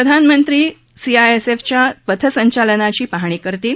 प्रधानमंत्री सीआयएसएफच्या पथसंचालनाची पाहणी करतील